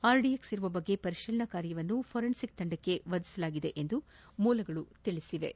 RDX ಇರುವ ಬಗ್ಗೆ ಪರಿಶೀಲನ ಕಾರ್ಯವನ್ನು ಫೊರೆನ್ಸಿಕ್ ತಂಡಕ್ಕೆ ವಹಿಸಲಾಗಿದೆ ಎಂದು ಮೂಲಗಳು ತಿಳಿಸಿವೆ